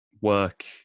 work